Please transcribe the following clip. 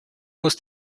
muss